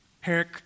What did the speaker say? Herrick